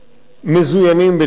מזוינים בנשק,